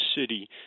city